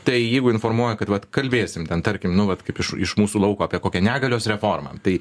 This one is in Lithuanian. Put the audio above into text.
tai jeigu informuoja kad vat kalbėsim tarkim nu vat kaip iš iš mūsų lauko apie kokią negalios reformą tai